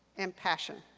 and passion.